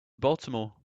baltimore